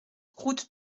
route